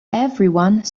everyone